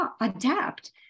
adapt